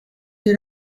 est